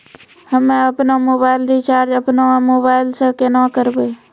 हम्मे आपनौ mobile recharge आपनौ मोबाइल से केना करवै?